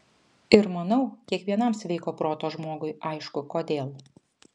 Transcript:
ir manau kiekvienam sveiko proto žmogui aišku kodėl